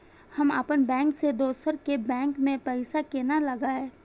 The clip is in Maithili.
हम अपन बैंक से दोसर के बैंक में पैसा केना लगाव?